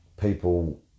people